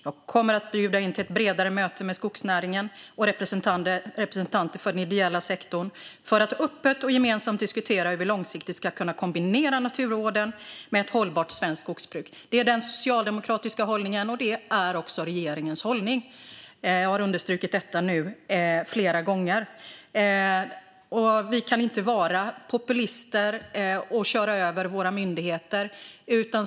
Jag kommer att bjuda in till ett bredare möte med skogsnäringen och representanter för den ideella sektorn för att öppet och gemensamt diskutera hur vi långsiktigt ska kunna kombinera naturvården med ett hållbart svenskt skogsbruk. Det är den socialdemokratiska hållningen, och det är också regeringens hållning. Jag har nu understrukit detta flera gånger. Vi kan inte vara populister och köra över våra myndigheter.